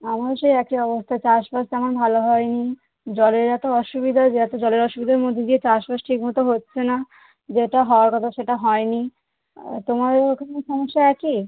আমারও সেই একই অবস্থা চাষবাস তেমন ভালো হয় নি জলের এতো অসুবিধা যে এতো জলের অসুবিধার মধ্যে যে চাষবাস ঠিক মতো হচ্ছে না যেটা হওয়ার কথা সেটা হয় নি তোমারও এখন সমস্যা একই